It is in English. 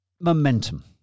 momentum